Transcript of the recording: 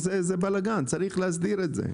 זה בלגן וצריך להסדיר את זה.